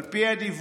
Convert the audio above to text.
על פי הדיווח,